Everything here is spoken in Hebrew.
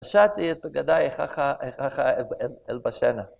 פשטתי את בגדיי איככה אלבשנה.